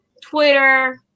Twitter